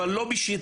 אבל לא בשיטה